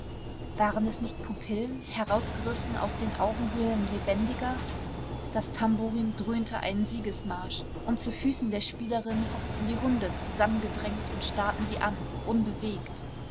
waren es nicht pupillen herausgerissen aus den augenhöhlen lebendiger das tamburin dröhnte einen siegesmarsch und zu füßen der spielerin hockten die hunde zusammengedrängt und starrten sie an unbewegt